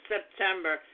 September